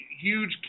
huge